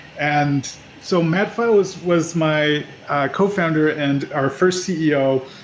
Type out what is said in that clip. and so, matt pfeil was was my cofounder and our first ceo,